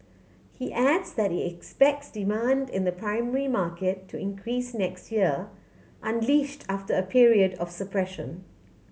he adds that he expects demand in the primary market to increase next year unleashed after a period of suppression